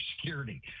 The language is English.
security